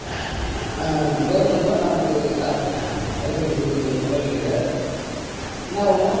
கவர்மெண்ட்டும் நமக்கு எல்லா சலுகையும் கொடுக்குது ஒன்றும் குற கிடையாது என்ன ஒன்று